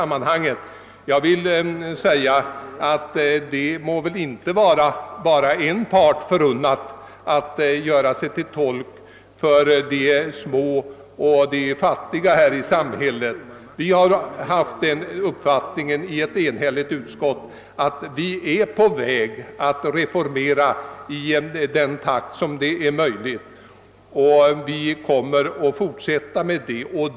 Men det må väl inte vara bara en part förunnat att göra sig till talesman för de små och de fattiga i samhället. Ett enhälligt utskott anser att vi genomför reformer i den takt som är möjlig att hålla, och vi kommer att fortsätta med reformeringen.